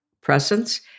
presence